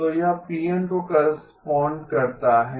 तो यह Pn को करेस्पॉन्ड करता है